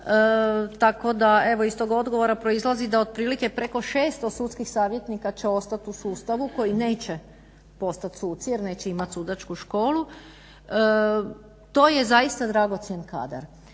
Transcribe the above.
tako da evo iz tog odgovora proizlazi da otprilike preko 600 sudskih savjetnika će ostat u sustavu koji neće postat suci jer neće imat sudačku školu. To je zaista dragocjen kadar